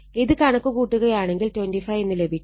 ഇത് കണക്ക് കൂട്ടുകയാണെങ്കിൽ 25 എന്ന് ലഭിക്കും